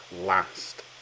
last